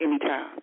Anytime